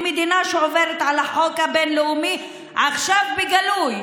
למדינה שעוברת על החוק הבין-לאומי עכשיו בגלוי.